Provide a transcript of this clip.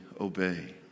obey